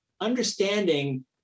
understanding